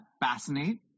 fascinate